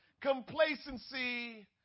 Complacency